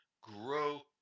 grow